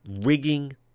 rigging